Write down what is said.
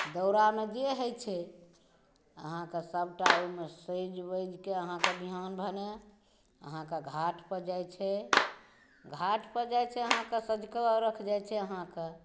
दौरामे जे होइ छै अहाँके सबटा ओहिमे सजि बजिकए अहाँके बिहान भने अहाँके घाटपर जाइ छै घाटपर जाइ छै अहाँके सँझुको अरघ जाइ छै अहाँके